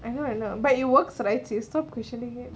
I know I know but it works right it stopped questioning it